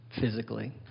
physically